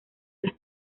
las